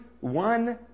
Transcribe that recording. one